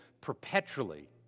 perpetually